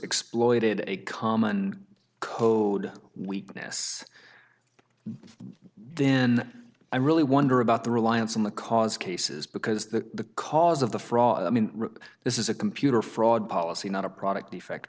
exploited a common code weakness then i really wonder about the reliance on the cause cases because the cause of the fraud rip this is a computer fraud policy not a product defect